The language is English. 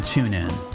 TuneIn